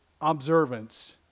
observance